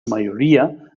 mayoría